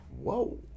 Whoa